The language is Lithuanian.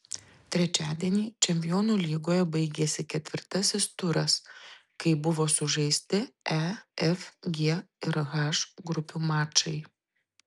trečiadienį čempionų lygoje baigėsi ketvirtasis turas kai buvo sužaisti e f g ir h grupių mačai